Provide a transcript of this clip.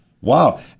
Wow